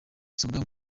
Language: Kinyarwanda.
isonga